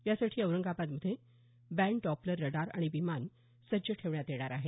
त्यासाठी औरंगाबादमध्ये band Doppler radar आणि विमान सज्ज ठेवण्यात येणार आहे